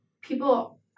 people